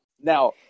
Now